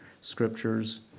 scriptures